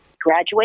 graduate